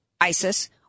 ISIS